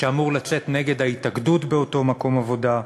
שאמור לצאת נגד ההתאגדות באותו מקום עבודה.